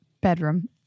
Bedroom